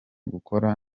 gukora